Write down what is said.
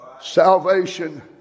Salvation